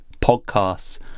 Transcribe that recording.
podcasts